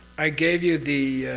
i gave you the.